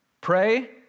Pray